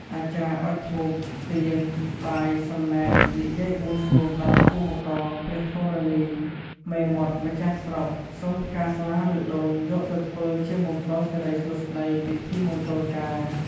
អាចារ្យអុជធូប ទៀន បាយ សំណែន និយាយបួង សួងដល់ភូមិករព្រះធរណី មេមត់ម្ចាស់ស្រុក សុំផ្កាស្លាឬ ដូង យកទៅធ្វើជាមង្គលសិរីសួស្តីពិធីមង្គលការ ។